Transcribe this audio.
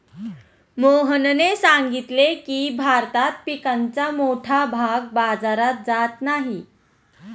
मोहनने सांगितले की, भारतात पिकाचा मोठा भाग बाजारात जात नाही